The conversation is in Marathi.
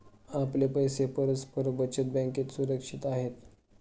आपले पैसे परस्पर बचत बँकेत सुरक्षित आहेत